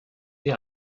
sie